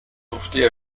durfte